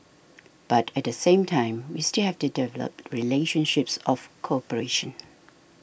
but at the same time we still have to develop relationships of cooperation